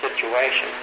situation